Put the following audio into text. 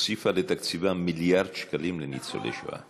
הוסיפה לתקציבה מיליארד שקלים לניצולי שואה.